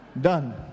Done